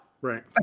Right